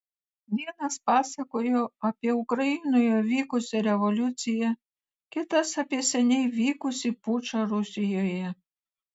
vienas pasakojo apie ukrainoje vykusią revoliuciją kitas apie seniai vykusį pučą rusijoje